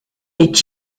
est